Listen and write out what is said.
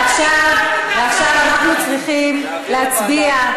ועכשיו אנחנו צריכים להצביע,